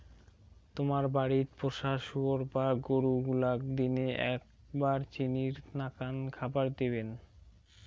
তোমার বাড়িত পোষা শুয়োর বা গরু গুলাক দিনে এ্যাকবার চিনির নাকান খাবার দিবেন